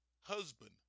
husband